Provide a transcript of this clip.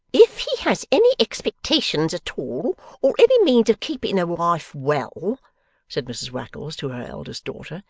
if he has any expectations at all or any means of keeping a wife well said mrs wackles to her eldest daughter,